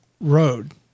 road